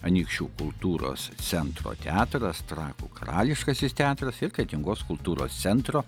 anykščių kultūros centro teatras trakų karališkasis teatras ir kretingos kultūros centro